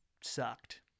sucked